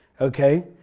okay